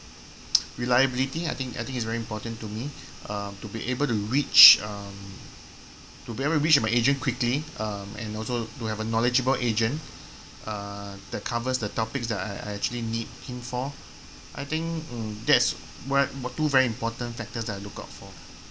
reliability I think I think is very important to me uh to be able to reach um to be able to reach my agent quickly um and also to have a knowledgeable agent uh that covers the topics that I I actually need him for I think um that's two very important factors that I look out for